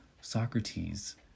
Socrates